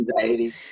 anxiety